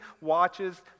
watches